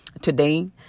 today